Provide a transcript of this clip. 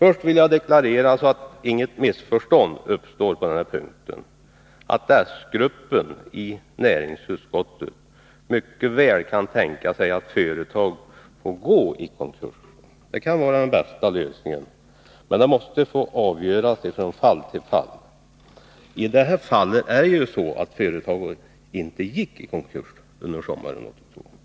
Jag vill deklarera, så att inget missförstånd uppstår på denna punkt, att s-gruppen i näringsutskottet mycket väl kan tänka sig att företag får gå i konkurs. Det kan vara den bästa lösningen, men det måste avgöras från fall till fall. I detta fall är det ju så att företaget inte gick i konkurs under sommaren 1982.